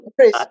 Chris